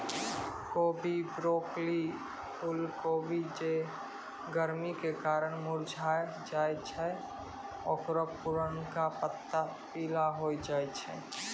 कोबी, ब्रोकली, फुलकोबी जे गरमी के कारण मुरझाय जाय छै ओकरो पुरनका पत्ता पीला होय जाय छै